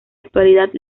actualidad